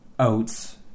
oats